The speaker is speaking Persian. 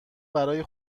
برای